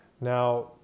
Now